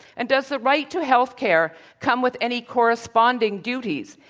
and does the right to healthcare come with any corresponding duties?